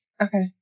Okay